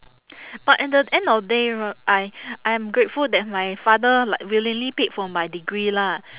but at the end of day r~ I I'm grateful that my father like willingly paid for my degree lah